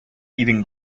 even